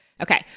Okay